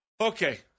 Okay